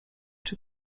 czy